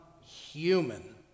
human